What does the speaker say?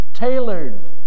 tailored